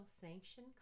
sanction